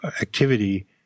activity